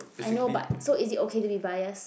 I know but so is it okay to be biased